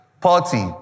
Party